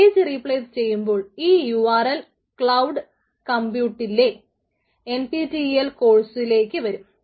page replace ചെയ്യുമ്പോൾ ഈ URL cloud കമ്പ്യൂട്ടിംഗിലെ NPTEL കോഴ്സിലേക്ക് വരും